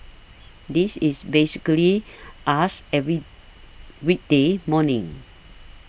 this is basically us every weekday morning